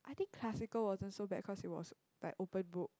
I think classical wasn't so bad cause it was like open book